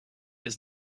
does